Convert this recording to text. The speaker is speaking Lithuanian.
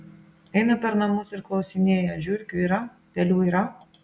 eina per namus ir klausinėja žiurkių yra pelių yra